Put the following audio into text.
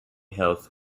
health